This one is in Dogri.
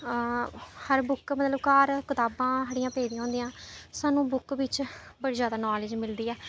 हर बुक घर कताबां साढ़ियां पेदियां होंदियां सानूं बुक बिच्च बड़ी जैदा नालेज मिलदी ऐ